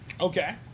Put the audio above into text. Okay